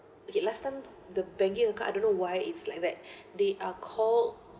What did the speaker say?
okay last time the banking card I don't know why it's like that they are called